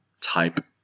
type